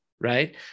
right